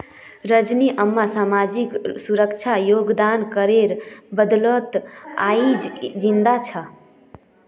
रजनी अम्मा सामाजिक सुरक्षा योगदान करेर बदौलत आइज जिंदा छ